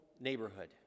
neighborhood